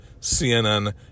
CNN